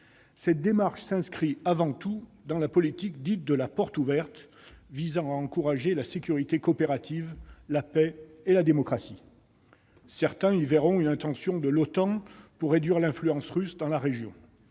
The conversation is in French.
Cette démarche s'inscrit avant tout dans la politique dite « de la porte ouverte » visant à encourager la « sécurité coopérative », la paix et la démocratie. Certains y discerneront une éventuelle intention de l'OTAN de réduire l'influence russe dans la région.